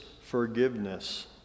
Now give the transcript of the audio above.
forgiveness